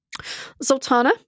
Zoltana